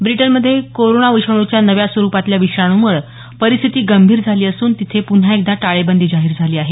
ब्रिटनमध्ये कोरोना विषाणूच्या नव्या स्वरूपातल्या विषाणूमुळे परिस्थिती गंभीर झाली असून तिथे पुन्हा एकदा टाळेबंदी जाहीर झाली आहे